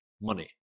money